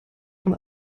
von